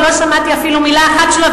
ולא שמעתי אפילו מלה אחת שלו.